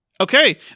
Okay